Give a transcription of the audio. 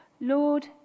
Lord